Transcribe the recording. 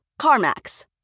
CarMax